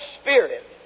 Spirit